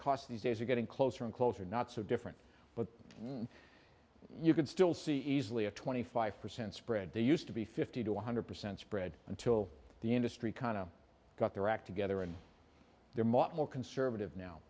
costs these days are getting closer and closer not so different but you could still see easily a twenty five percent spread they used to be fifty to one hundred percent spread until the industry kind of got their act together and they're much more conservative now